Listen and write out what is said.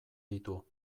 ditu